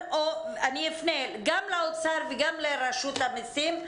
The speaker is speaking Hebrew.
אני אפנה גם לאוצר וגם לרשות המסים,